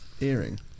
earring